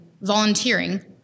volunteering